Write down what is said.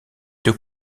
deux